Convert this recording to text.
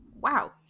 wow